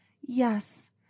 Yes